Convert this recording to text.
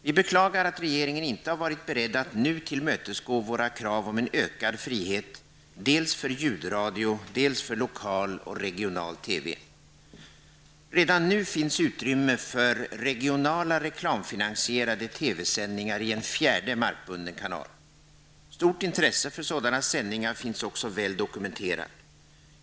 Vi beklagar att regeringen inte varit beredd att nu tillmötesgå våra krav om en ökad frihet, dels för ljudradio, dels för lokal och regional TV. Redan nu finns utrymme för regionala reklamfinansierade TV-sändningar i en fjärde markbunden kanal. Stort intresse för sådana sändningar finns också väl dokumenterat.